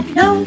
no